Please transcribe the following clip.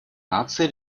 наций